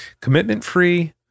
Commitment-free